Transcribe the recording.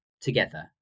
together